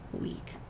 week